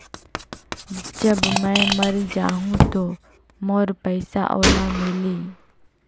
जब मै मर जाहूं तो मोर पइसा ओला मिली?